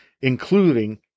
including